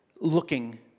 looking